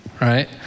right